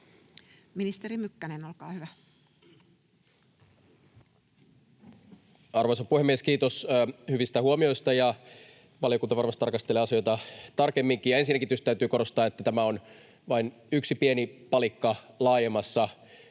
Ministeri Mykkänen, olkaa hyvä. Arvoisa puhemies! Kiitos hyvistä huomioista. Valiokunta varmasti tarkastelee asioita tarkemminkin. Ja ensinnäkin täytyy tietysti korostaa, että tämä on vain yksi pieni palikka laajemmassa